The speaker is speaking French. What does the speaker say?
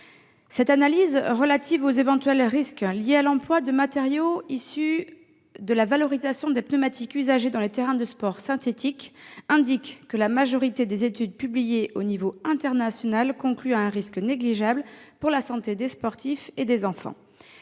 cette analyse relative aux éventuels risques liés à l'emploi de matériaux issus de la valorisation de pneumatiques usagés dans les terrains de sport synthétiques, la majorité des études publiées au niveau international concluent à un risque négligeable pour la santé des sportifs et des enfants.